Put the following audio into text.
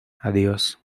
adiós